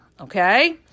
Okay